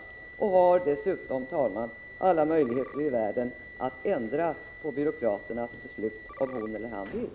Den folkvalde har dessutom, herr talman, alla möjligheter i världen att ändra på byråkraternas beslut om han eller hon vill.